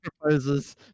proposes